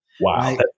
Wow